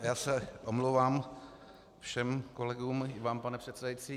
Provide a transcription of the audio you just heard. Já se omlouvám všem kolegům i vám, pane předsedající.